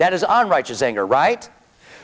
anger right